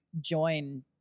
join